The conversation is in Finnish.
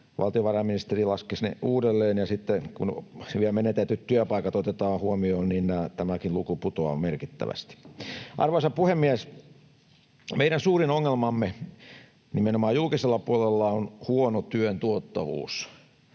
Valtiovarainministeriö laski ne uudelleen, ja sitten kun vielä menetetyt työpaikat otetaan huomioon, tämäkin luku putoaa merkittävästi. Arvoisa puhemies! Meidän suurin ongelmamme nimenomaan julkisella puolella on huono työn tuottavuus.